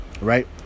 right